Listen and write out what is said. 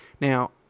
Now